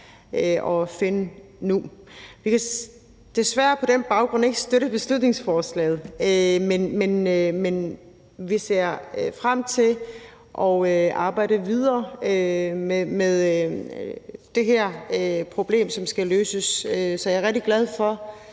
at finde nu. På den baggrund kan vi desværre ikke støtte beslutningsforslaget. Men vi ser frem til at arbejde videre med det her problem, som skal løses. Så jeg er rigtig glad for,